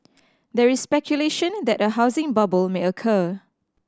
there is speculation that a housing bubble may occur